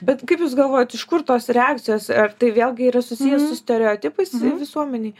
bet kaip jūs galvojat iš kur tos reakcijos ar tai vėlgi yra susiję su stereotipais i visuomenėj